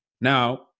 Now